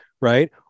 Right